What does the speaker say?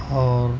اور